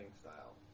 style